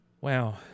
wow